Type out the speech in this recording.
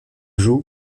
joue